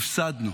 הפסדנו.